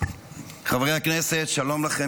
חברי הכנסת, שלום לכם.